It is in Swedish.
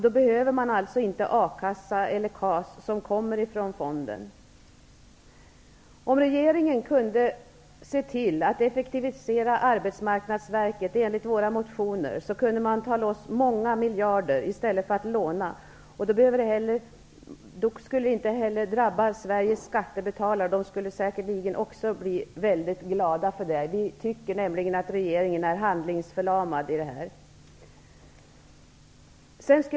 Då behöver de inte A-kassa eller KAS Om regeringen kunde effektivisera Arbetsmarknadsverket enligt våra motioner kunde vi få loss många miljarder i stället för att låna. Då skulle det inte heller drabba Sveriges skattebetalare. De skulle säkerligen också bli mycket glada för det. Vi tycker nämligen att regeringen är handlingsförlamad när det gäller detta.